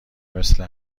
مثل